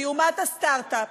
והיא אומת הסטארט-אפ,